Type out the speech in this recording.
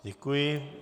Děkuji.